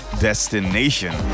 destination